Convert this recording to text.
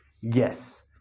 Yes